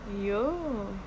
Yo